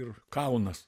ir kaunas